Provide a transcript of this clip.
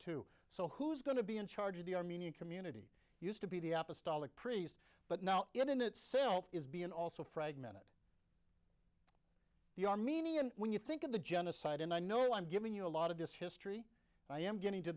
too so who's going to be in charge of the armenian community used to be the opposite priest but now it in itself is being also fragmented the armenian when you think of the genocide and i know i'm giving you a lot of this history i am getting to